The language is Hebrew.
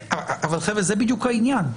אבל זה בדיוק העניין.